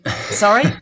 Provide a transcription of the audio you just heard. sorry